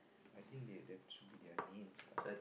I think that that should be their names lah